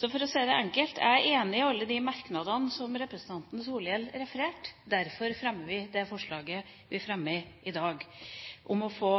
Så for å si det enkelt: Jeg er enig i alle de merknadene som representanten Solhjell refererte. Derfor fremmer vi det forslaget vi fremmer i dag, om å få